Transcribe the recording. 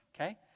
okay